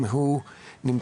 אם הוא נמצא.